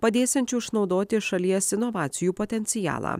padėsiančių išnaudoti šalies inovacijų potencialą